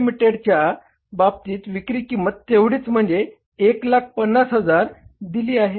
Ltd च्या बाबतीत विक्री किंमत तेवढीच म्हणजे 150000 दिली आहे